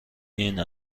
این